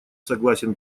согласен